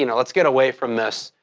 you know let's get away from this